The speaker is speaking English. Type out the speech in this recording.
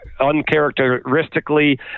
uncharacteristically